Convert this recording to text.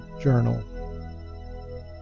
journal